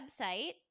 website